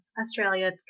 Australia